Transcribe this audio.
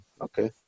okay